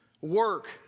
work